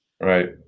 Right